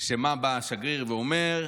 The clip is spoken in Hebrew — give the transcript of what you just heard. מה בא השגריר ואומר?